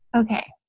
Okay